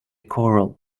choral